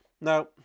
Now